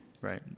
Right